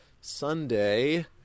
Sunday